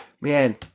Man